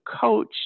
coach